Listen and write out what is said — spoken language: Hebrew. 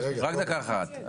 רק דקה אחת.